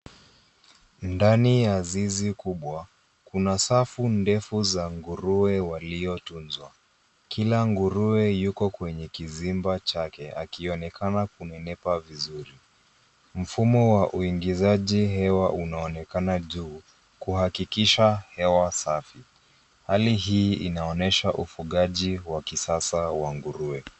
Ndani ya zizi kubwa kuna safu ndefu za nguruwe waliotunzwa. Kila nguruwe yuko kwenye kizimba chake, akionekana kunenepa vizuri. Mfumo wa uingizaji hewa unaonekana juu, kuhakikisha hewa safi. Hali hii inaonyesha ufugaji wa kisasa wa nguruwe.